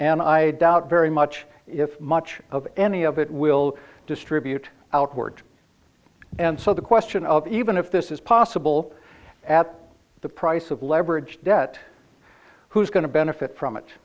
and i doubt very much if much of any of it will distribute outward and so the question of even if this is possible at the price of leverage debt who's going to benefit from it